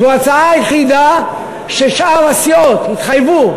זו ההצעה היחידה ששאר הסיעות התחייבו,